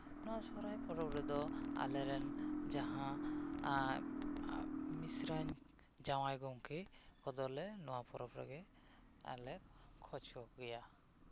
ᱱᱚᱣᱟ ᱥᱚᱦᱨᱟᱭ ᱯᱚᱨᱚᱵᱽ ᱨᱮᱫᱚ ᱟᱞᱮ ᱨᱮᱱ ᱡᱟᱦᱟᱸ ᱢᱤᱥᱨᱟᱧ ᱡᱟᱶᱟᱭ ᱜᱚᱢᱠᱮ ᱠᱚᱫᱚᱞᱮ ᱱᱚᱣᱟ ᱯᱚᱨᱚᱵᱽ ᱨᱮᱫᱚ ᱠᱷᱚᱡᱽ ᱠᱚᱜᱮᱭᱟ